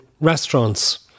restaurants